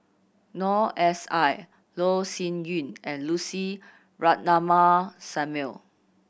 Noor S I Loh Sin Yun and Lucy Ratnammah Samuel